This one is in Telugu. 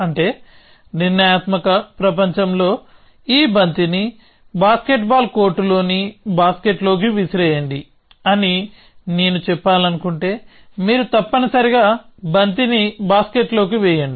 అంటే నిర్ణయాత్మక ప్రపంచంలో ఈ బంతిని బాస్కెట్బాల్ కోర్ట్లోని బాస్కెట్లోకి విసిరేయండి అని నేను చెప్పాలనుకుంటే మీరు తప్పనిసరిగా బంతిని బాస్కెట్లోకి వేయండి